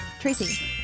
Tracy